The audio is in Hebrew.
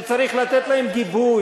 פתאום הם נזכרו, שצריך לתת להם גיבוי.